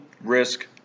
risk